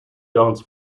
dance